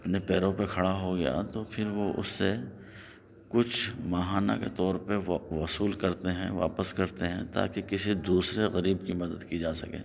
اپنے پیروں پر کھڑا ہو گیا تو پھر وہ اس سے کچھ ماہانہ کے طور پہ وہ اصول کرتے ہیں واپس کرتے ہیں تاکہ کسی دوسرے غریب کی مدد کی جا سکے